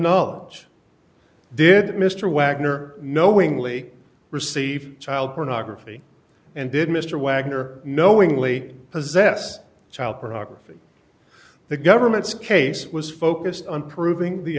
knowledge did mr wagner knowingly receive child pornography and did mr wagner knowingly possess child pornography the government's case was focused on proving the